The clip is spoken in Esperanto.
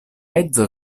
edzo